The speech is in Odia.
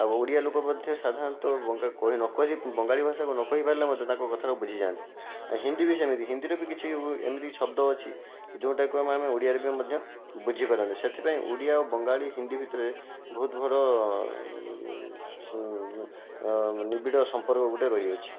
ଆଉ ଓଡ଼ିଆ ଲୋକ ମଧ୍ୟ ସାଧାରଣତଃ ବଙ୍ଗାଳୀ କହି ନକହି ବଙ୍ଗାଳୀ ଭାଷାକୁ ନ କହି ପାରିଲେ ମଧ୍ୟ ତାଙ୍କ କଥାକୁ ବୁଝିଯାଆନ୍ତି ଆଉ ହିନ୍ଦୀ ବି ସେମିତି ହିନ୍ଦୀର ବି କିଛି ଏମିତି ଶବ୍ଦ ଅଛି ଯେଉଁଟାକୁ ଆମେ ଓଡ଼ିଆରେ ମଧ୍ୟ ବୁଝି ପାରନ୍ତି ସେଥିପାଇଁ ଓଡ଼ିଆ ଆଉ ବଙ୍ଗାଳୀ ହିନ୍ଦୀ ଭିତରେ ବହୁତ ବଡ଼ ନିବିଡ଼ ସମ୍ପର୍କ ଗୋଟିଏ ରହିଅଛି